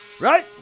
Right